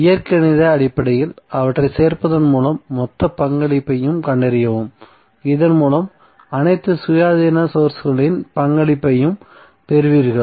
இயற்கணித அடிப்படையில் அவற்றைச் சேர்ப்பதன் மூலம் மொத்த பங்களிப்பைக் கண்டறியவும் இதன் மூலம் அனைத்து சுயாதீன சோர்ஸ்களின் பங்களிப்பையும் பெறுவீர்கள்